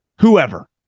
whoever